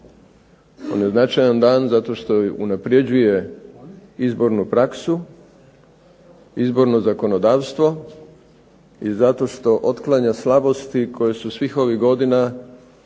On je značajan dan zato što unapređuje izbornu praksu, izborno zakonodavstvo i zato što otklanja slabosti koje su svih ovih godina